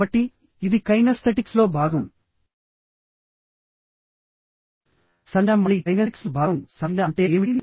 కాబట్టి ఇది కైనెస్థెటిక్స్లో భాగం సంజ్ఞ మళ్ళీ కైనెసిక్స్లో భాగంసంజ్ఞ అంటే ఏమిటి